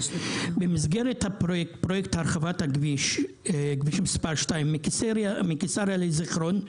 במסגרת פרויקט הרחבת כביש מספר 2 מקיסריה לזיכרון,